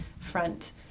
front